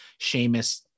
Seamus